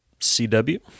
CW